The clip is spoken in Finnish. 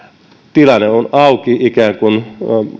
tilanne on ikään kuin auki tulla